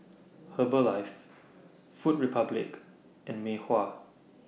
Herbalife Food Republic and Mei Hua